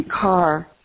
car